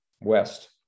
west